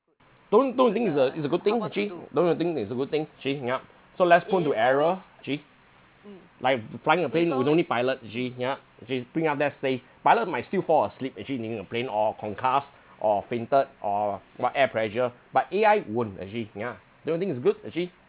don't don't you think it's a it's a good thing actually don't you think it's a good thing actually yup so less prone to error actually like flying a plane we don't need pilot actually yeah actually bring up let's say pilot might still fall asleep actually in a plane or concussed or fainted or what air pressure but A_I won't actually yeah don't you think it's good actually